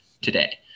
today